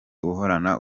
uhorana